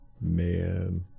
Man